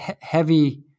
heavy